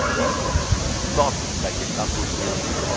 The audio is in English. is thought like a campus building.